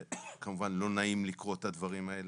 כמובן, שזה לא נעים לקרוא את הדברים האלה,